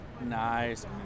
Nice